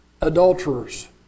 adulterers